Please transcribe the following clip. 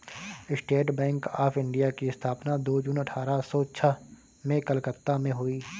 state Bank of India की स्थापना दो जून अठारह सो छह में कलकत्ता में हुई